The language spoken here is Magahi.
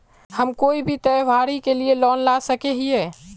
हम कोई भी त्योहारी के लिए लोन ला सके हिये?